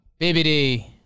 BBD